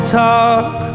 talk